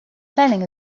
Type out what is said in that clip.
planning